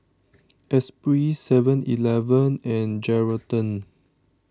Espirit Seven Eleven and Geraldton